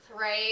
Right